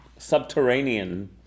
subterranean